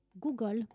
Google